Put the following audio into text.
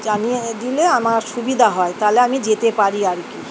জানিয়ে দিলে আমার সুবিধা হয় তাহলে আমি যেতে পারি আর কি